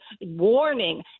warning